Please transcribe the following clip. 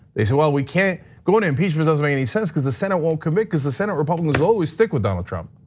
they said, well, we can't go into impeachment doesn't make any sense because the senate won't commit because the senate republicans always stick with donald trump,